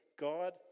God